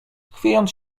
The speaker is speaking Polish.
chwiejąc